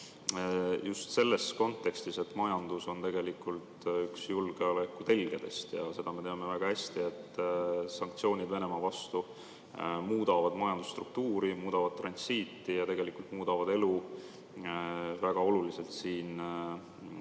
Just selles kontekstis, et majandus on üks julgeoleku telgedest. Me teame väga hästi, et sanktsioonid Venemaa vastu muudavad majandusstruktuuri, muudavad transiiti ja tegelikult muudavad elu väga oluliselt siin